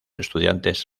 estudiantes